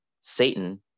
Satan